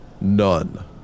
None